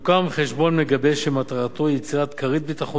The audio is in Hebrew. יוקם חשבון מגבה שמטרתו יצירת כרית ביטחון